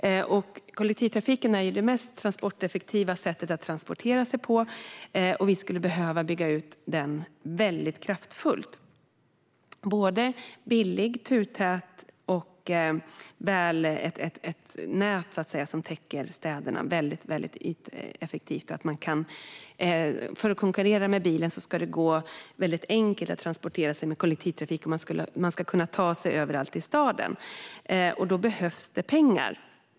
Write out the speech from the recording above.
Att använda kollektivtrafiken är det mest effektiva sättet att transportera sig, och vi skulle behöva bygga ut den väldigt kraftigt. Den är billig, turtät och har ett trafiknät som täcker städerna väldigt effektivt. För att kollektivtrafiken ska kunna konkurrera med bilen ska den vara väldigt enkelt att transportera sig med - man ska kunna ta sig överallt i staden - och då behövs det pengar.